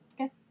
Okay